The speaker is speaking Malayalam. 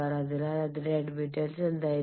അതിനാൽ അതിന്റെ അഡ്മിറ്റാൻസ് എന്തായിരിക്കും